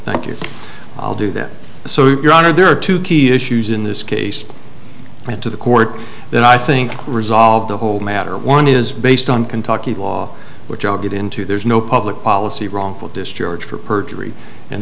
thank you i'll do that so your honor there are two key issues in this case went to the court that i think resolved the whole matter one is based on kentucky law which i'll get into there's no public policy of wrongful discharge for perjury and